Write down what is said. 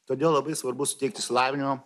todėl labai svarbu suteikt išsilavinimą